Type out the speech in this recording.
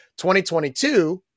2022